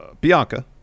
Bianca